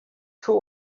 two